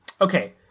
okay